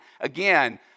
Again